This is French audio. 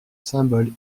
symboles